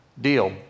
deal